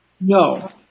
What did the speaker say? No